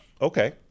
okay